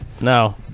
No